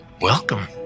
welcome